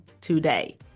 today